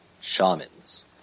Shamans